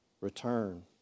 return